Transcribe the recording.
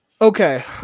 Okay